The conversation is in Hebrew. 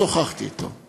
ישבתי ושוחחתי אתו.